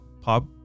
pop